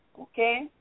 okay